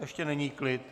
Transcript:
Ještě není klid.